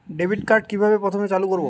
Debit card কিভাবে প্রথমে চালু করব?